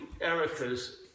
Erica's